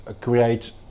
create